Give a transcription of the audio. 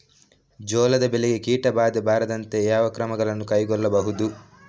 ಜೋಳದ ಬೆಳೆಗೆ ಕೀಟಬಾಧೆ ಬಾರದಂತೆ ಯಾವ ಕ್ರಮಗಳನ್ನು ಕೈಗೊಳ್ಳಬಹುದು?